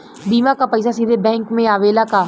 बीमा क पैसा सीधे बैंक में आवेला का?